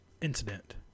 incident